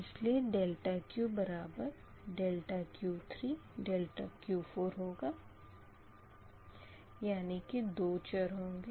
इसलिए QQ3 Q4 होगा यानी कि दो चर है